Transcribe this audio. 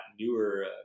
newer